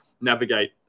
navigate